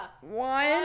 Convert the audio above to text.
One